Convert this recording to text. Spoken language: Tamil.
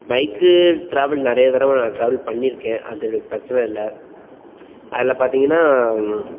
பைக்கு ட்ராவல் நிறைய தடவை நான் ட்ராவல் பண்ணியிருக்கேன் அதுல பிரச்சின இல்லை அதில் பார்த்தீங்கன்னா